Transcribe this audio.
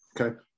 Okay